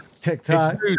TikTok